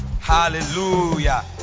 hallelujah